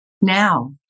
now